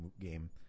game